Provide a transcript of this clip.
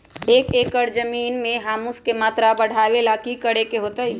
एक एकड़ जमीन में ह्यूमस के मात्रा बढ़ावे ला की करे के होतई?